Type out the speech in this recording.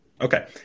Okay